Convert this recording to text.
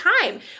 time